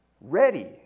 ready